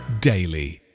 Daily